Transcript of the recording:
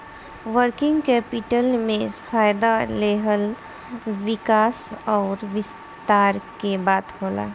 working capital में फ़ायदा लेहल विकास अउर विस्तार के बात होला